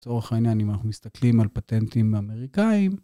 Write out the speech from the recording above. לצורך העניין אם אנחנו מסתכלים על פטנטים אמריקאים.